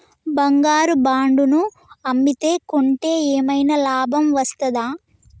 బంగారు బాండు ను అమ్మితే కొంటే ఏమైనా లాభం వస్తదా?